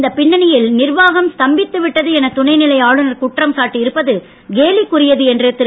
இந்தப் பின்னணியில் நிர்வாகம் ஸ்தம்பித்து விட்டது என துணைநிலை ஆளுநர் குற்றம் சாட்டியிருப்பது கேலிக்குறியது என்று திரு